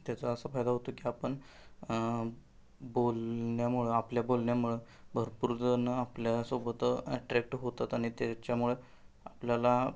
त्याचा असा फायदा होतो की आपण बोलण्यामुळं आपल्या बोलण्यामुळं भरपूर जणं आपल्यासोबत ॲट्रॅक्ट होतात आणि त्याच्यामुळं आपल्याला